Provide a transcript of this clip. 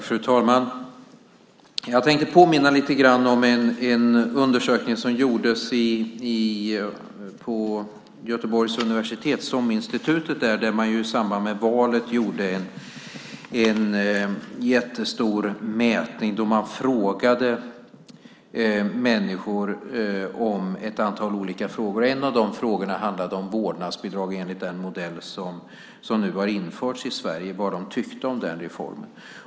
Fru talman! Jag tänkte påminna om en undersökning som gjordes vid Göteborgs universitet där man i samband med valet gjorde en jättestor mätning. Man ställde människor ett antal frågor. En av de frågorna handlade om vårdnadsbidrag enligt den modell som nu har införts i Sverige. Man frågade vad de tyckte om den reformen.